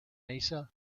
mesa